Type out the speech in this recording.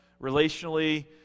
relationally